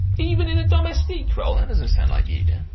even in a domestique role? that doesn't sound like you, dan.